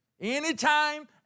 Anytime